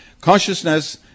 Consciousness